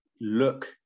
look